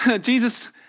Jesus